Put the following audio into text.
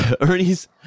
Ernie's